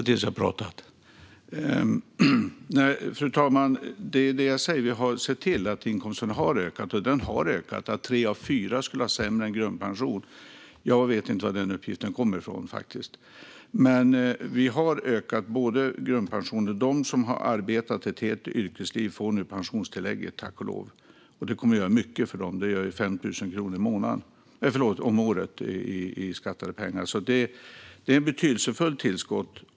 Fru talman! Det är ju det jag säger: Vi har sett till att inkomsten har ökat. Jag vet inte var uppgiften att tre av fyra skulle ha lägre pension än grundskyddet kommer från. Vi har ökat grundpensionen, och de som har arbetat ett helt yrkesliv får nu tack och lov pensionstillägget. Dessa 5 000 kronor om året i skattade pengar kommer att göra mycket för dem. Det är ett betydelsefullt tillskott.